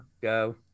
Go